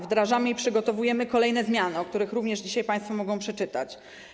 Wdrażamy i przygotowujemy kolejne zmiany, o których również dzisiaj państwo mogą przeczytać.